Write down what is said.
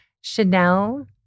Chanel